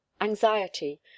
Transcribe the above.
anxiety